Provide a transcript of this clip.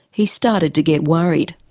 he started to get worried.